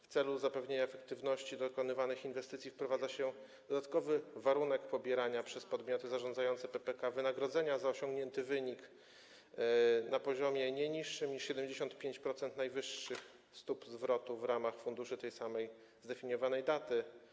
W celu zapewnienia efektywności dokonywanych inwestycji wprowadza się dodatkowy warunek pobierania przez podmioty zarządzające PPK wynagrodzenia za osiągnięty wynik na poziomie nie niższym niż 75% najwyższych stóp zwrotu w ramach funduszy tej samej zdefiniowanej daty.